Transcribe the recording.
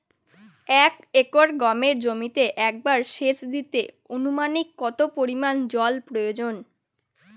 এক একর গমের জমিতে একবার শেচ দিতে অনুমানিক কত পরিমান জল প্রয়োজন?